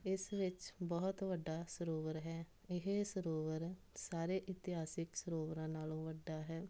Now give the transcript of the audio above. ਇਸ ਵਿੱਚ ਬਹੁਤ ਵੱਡਾ ਸਰੋਵਰ ਹੈ ਇਹ ਸਰੋਵਰ ਸਾਰੇ ਇਤਿਹਾਸਿਕ ਸਰੋਵਰਾਂ ਨਾਲੋਂ ਵੱਡਾ ਹੈ